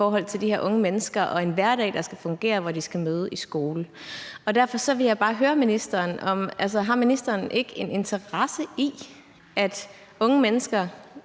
i forhold til de her unge mennesker og deres mulighed for at have en hverdag, der skal fungere, samtidig med at de skal møde i skole. Derfor vil jeg bare høre ministeren: Har ministeren ikke en interesse i, at unge mennesker